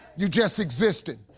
you're just existing.